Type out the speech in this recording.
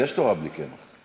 אז יש תורה בלי קמח.